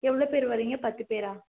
எவ்வளோ பேர் வரிங்க பத்து பேரா